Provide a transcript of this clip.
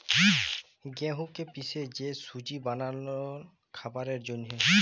গেঁহুকে পিসে যে সুজি বালাল খাবারের জ্যনহে